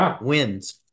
wins